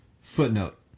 Footnote